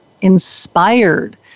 inspired